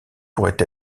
pourrait